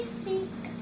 seek